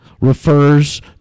refers